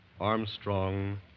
Armstrong